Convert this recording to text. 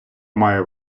має